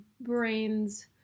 brains